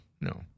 no